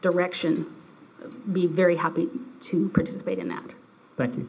direction be very happy to participate in that